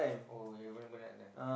oh you available night time